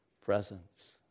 presence